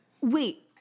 Wait